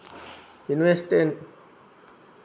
Investment ಮಾಡಲು ಇರುವ procedure ಹೇಳ್ತೀರಾ?